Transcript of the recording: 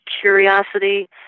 curiosity